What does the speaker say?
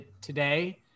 today